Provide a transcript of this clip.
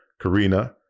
Karina